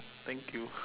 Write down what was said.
thank you